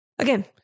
Again